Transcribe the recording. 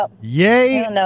yay